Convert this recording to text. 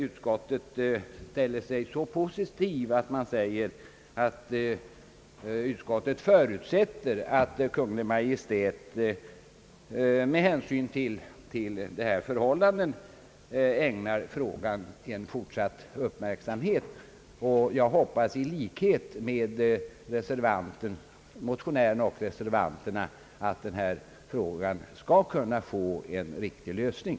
Utskottet ställer sig positivt och förutsätter att Kungl. Maj:t med hänsyn till detta förhållande ägnar frågan en fortsatt uppmärksamhet. Jag hoppas i likhet med motionärerna och reservanterna, att denna fråga skall kunna få en riktig lösning.